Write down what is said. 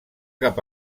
cap